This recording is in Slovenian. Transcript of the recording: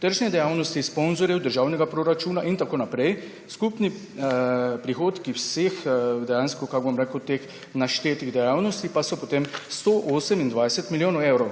tržne dejavnosti, sponzorjev, državnega proračuna in tako naprej, skupni prihodki vseh teh naštetih dejavnosti pa so potem 128 milijonov evrov.